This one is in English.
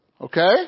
Okay